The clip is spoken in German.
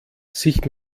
sich